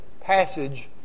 passage